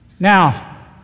Now